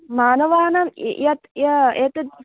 मानवानां यत् एतत्